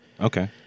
Okay